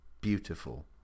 Beautiful